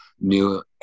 new